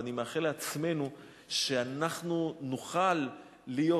ואני מאחל לעצמנו שאנחנו נוכל להיות,